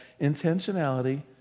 intentionality